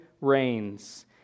rains